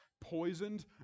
poisoned